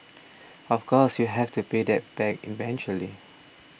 of course you have to pay them back eventually